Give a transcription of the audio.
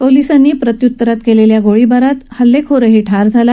पोलीसांनी प्रत्य्तरात केलेल्या गोळीबारात हल्लेखोर ठार झाला